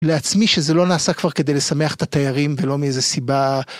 לעצמי שזה לא נעשה כבר כדי לשמח את התיירים ולא מאיזה סיבה.